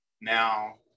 now